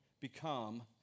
become